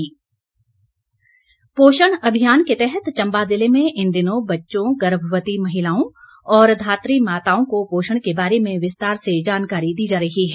पोषण अभियान पोषण अभियान के तहत चंबा ज़िले में इन दिनों बच्चों गर्भवती महिलाओं और धात माताओं को पोषण क बारे में विस्तार से जानकारी दी जा रही है